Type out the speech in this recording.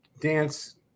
dance